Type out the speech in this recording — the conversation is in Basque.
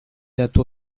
datu